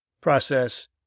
process